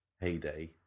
heyday